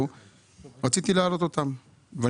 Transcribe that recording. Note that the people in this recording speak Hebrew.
תודה רבה.